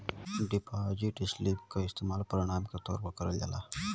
deposit slip क इस्तेमाल प्रमाण के तौर पर करल जाला